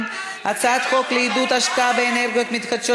הצעת חוק לעידוד השקעה באנרגיות מתחדשות